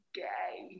gay